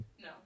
No